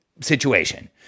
situation